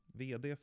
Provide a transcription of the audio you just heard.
vd